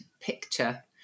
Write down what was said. picture